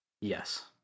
Yes